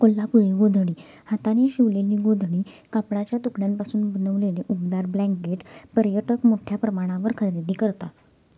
कोल्हापुरी गोधडी हाताने शिवलेली गोधडी कापडाच्या तुकड्यांपासून बनवलेले ऊबदार ब्लँकेट पर्यटक मोठ्या प्रमाणावर खरेदी करतात